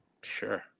Sure